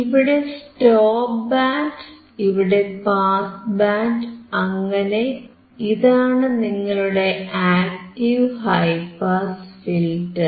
ഇവിടെ stop band ഇവിടെ pass band അങ്ങനെ ഇതാണ് നിങ്ങളുടെ ആക്ടീവ് ഹൈ പാസ് ഫിൽറ്റർ